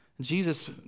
Jesus